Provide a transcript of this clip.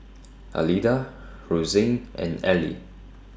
Alida Rozanne and Eli